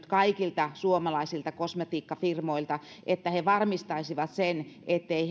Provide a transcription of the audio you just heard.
kaikilta suomalaisilta kosmetiikkafirmoilta että ne varmistaisivat sen ettei